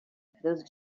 those